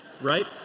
right